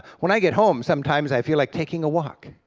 when i get home sometimes i feel like taking a walk,